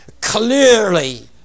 clearly